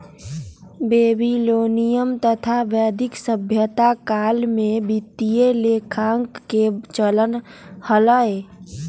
Babylonian तथा वैदिक सभ्यता काल में वित्तीय लेखांकन के चलन हलय